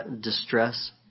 distress